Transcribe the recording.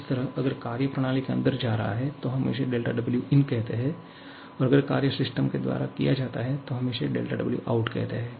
इसी तरह अगर कार्य प्रणाली के अंदर जा रहा है तो हम इसे Win कहते हैं और अगर कार्य सिस्टम के द्वारा दिया जाता है तो हम इसे Wout कहते हैं